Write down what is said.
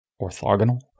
Orthogonal